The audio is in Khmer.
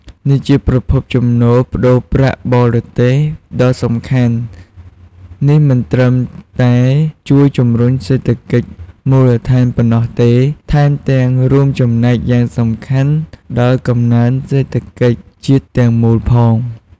នេះជាប្រភពចំណូលប្តូរប្រាក់បរទេសដ៏សំខាន់ នេះមិនត្រឹមតែជួយជំរុញសេដ្ឋកិច្ចមូលដ្ឋានប៉ុណ្ណោះទេ ថែមទាំងរួមចំណែកយ៉ាងសំខាន់ដល់កំណើនសេដ្ឋកិច្ចជាតិទាំងមូលផង។